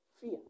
Fear